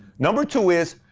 number two is,